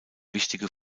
wichtige